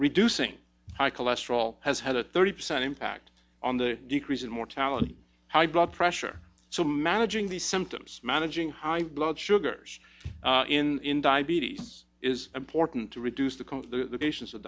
reducing high cholesterol has had a thirty percent impact on the decrease in mortality high blood pressure so managing the symptoms managing high blood sugars in diabetes is important to reduce the cost to patients with